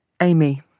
Amy